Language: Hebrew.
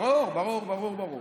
ברור, ברור, ברור.